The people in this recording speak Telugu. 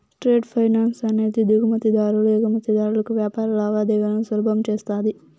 ట్రేడ్ ఫైనాన్స్ అనేది దిగుమతి దారులు ఎగుమతిదారులకు వ్యాపార లావాదేవీలను సులభం చేస్తది